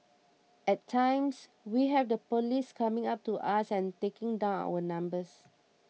at times we have the police coming up to us and taking down our numbers